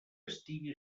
estigui